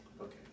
Okay